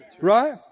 Right